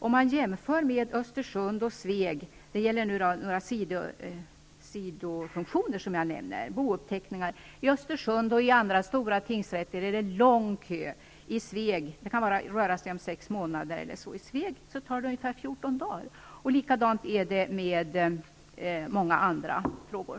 Om vi jämför Östersund och Sveg när det gäller några sidofunktioner, i det här fallet bouppteckningar, är det lång kö i Östersund och andra stora tingsrätter. Det kan röra sig om sex månader. I Sveg tar det ungefär 14 dagar. Likadant är det med många andra frågor.